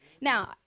Now